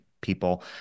people